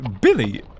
Billy